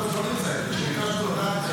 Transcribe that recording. על פי הבקשה של הוועדה,